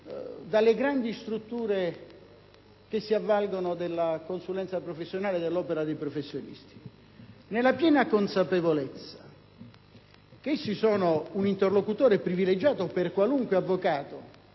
dalle grandi strutture che si avvalgono della consulenza professionale e dell'opera di professionisti. Nella piena consapevolezza che esse sono un interlocutore privilegiato per qualunque avvocato,